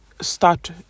start